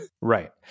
Right